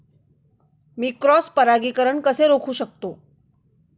मी cross परागीकरण कसे रोखू शकतो?